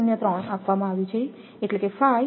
03 આપવામાં આવ્યું છેએટલે કે 88